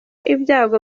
ibyago